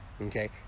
okay